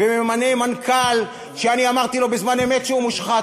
וממנה מנכ"ל שאני אמרתי ךן בזמן אמת שהוא מושחת